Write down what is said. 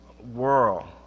world